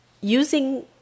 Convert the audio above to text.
using